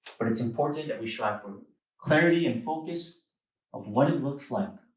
but it's important that we strive for clarity and focus of what it looks like.